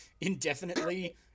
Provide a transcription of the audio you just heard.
indefinitely